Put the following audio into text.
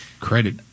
credit